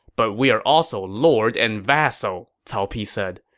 but we are also lord and vassal, cao pi said.